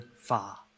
far